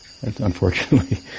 Unfortunately